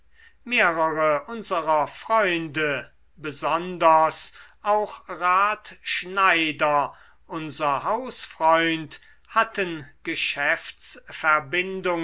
unserer freunde besonders auch rat schneider unser hausfreund hatten